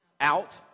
out